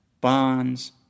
bonds